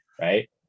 right